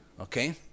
Okay